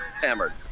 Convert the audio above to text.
hammered